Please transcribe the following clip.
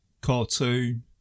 cartoon